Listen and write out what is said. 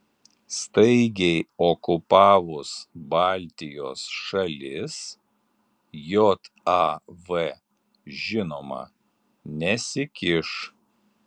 staigiai okupavus baltijos šalis jav žinoma nesikiš